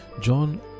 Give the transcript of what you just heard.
john